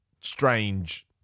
strange